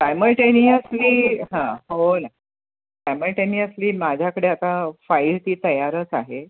simultaneously हां हो ना सायमल्टेनियसली माझ्याकडे आता फाईल ती तयारच आहे